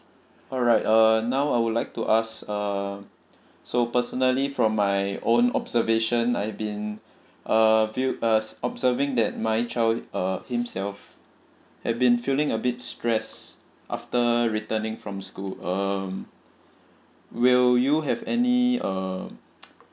alright uh now I would like to ask uh so personally from my own observation I've been uh feel uh observing that my child uh himself have been feeling a bit stress after returning from school um will you have any uh